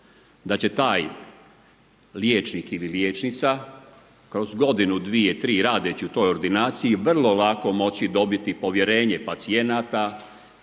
da će taj liječnik ili liječnica, kroz godinu, dvije, tri, radeći u toj ordinaciji, vrlo lako moći dobiti povjerenje pacijenata,